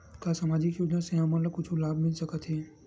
का सामाजिक योजना से हमन ला कुछु लाभ मिल सकत हे?